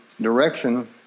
direction